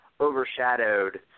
overshadowed